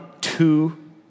two